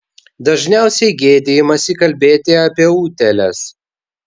dažniausiai gėdijamasi kalbėti apie utėles